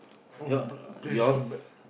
oh please please go back